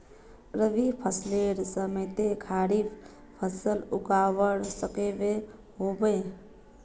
रवि फसलेर समयेत खरीफ फसल उगवार सकोहो होबे?